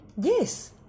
Yes